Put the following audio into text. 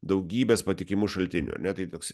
daugybės patikimų šaltinių ar ne tai toks